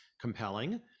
compelling